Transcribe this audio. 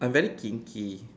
I'm very kinky